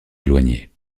éloignés